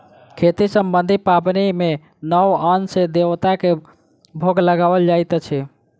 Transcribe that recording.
खेती सम्बन्धी पाबनि मे नव अन्न सॅ देवता के भोग लगाओल जाइत अछि